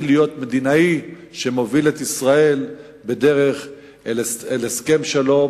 להיות מדינאי שמוביל את ישראל בדרך אל הסכם שלום